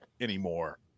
anymore